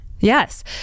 Yes